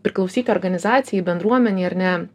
priklausyti organizacijai bendruomenei ar ne